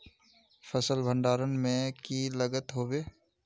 फसल भण्डारण में की लगत होबे?